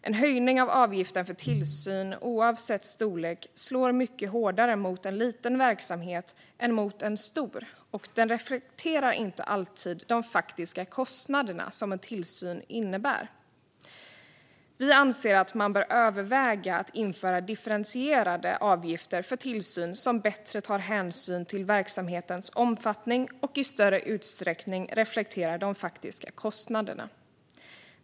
En höjning av avgiften för tillsyn, oavsett storlek, slår mycket hårdare mot en liten verksamhet än mot en stor och reflekterar inte alltid de faktiska kostnader som tillsynen innebär. Vi anser att man bör överväga att införa differentierade avgifter för tillsyn som bättre tar hänsyn till verksamheternas omfattning och i större utsträckning reflekterar de faktiska kostnaderna.